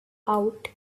out